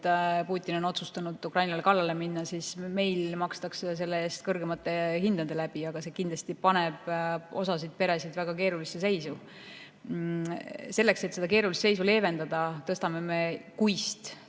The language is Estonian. Putin on otsustanud Ukrainale kallale minna, meil aga makstakse selle eest kõrgemate hindade näol. See kindlasti paneb osa peresid väga keerulisse seisu. Selleks, et seda keerulist seisu leevendada, tõstame kuist